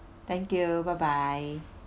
thank you bye bye